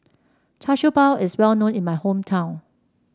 Char Siew Bao is well known in my hometown